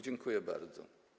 Dziękuję bardzo.